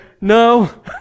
no